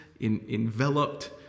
enveloped